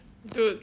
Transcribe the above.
dude